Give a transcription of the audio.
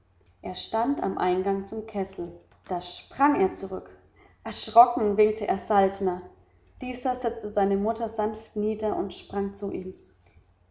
er stand am eingang zum kessel da sprang er zurück erschrocken winkte er saltner dieser setzte seine mutter sanft nieder und sprang zu ihm